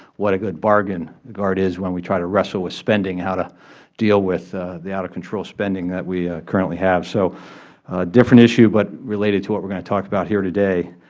what a good bargain the guard is when we try to wrestle with spending, how to deal with the out of control spending that we currently have. so a different issue, but related to what we are going to talk about here today.